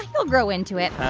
you'll grow into it.